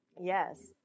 Yes